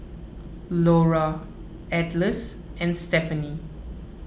Laura Atlas and Stephany